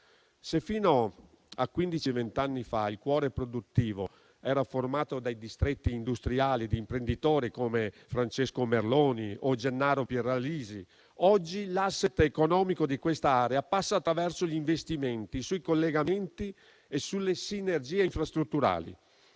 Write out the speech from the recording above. Se fino a quindici, vent'anni fa il cuore produttivo era formato dai distretti industriali di imprenditori come Francesco Merloni o Gennaro Pieralisi, oggi l'*asset* economico di questa area passa attraverso gli investimenti sui collegamenti e sulle sinergie infrastrutturali.